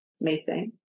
meeting